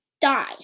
die